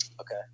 Okay